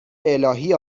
الهی